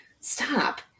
stop